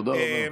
תודה רבה.